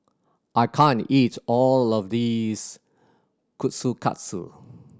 I can't eat all of this Kushikatsu